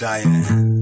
Diane